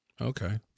okay